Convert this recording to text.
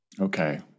Okay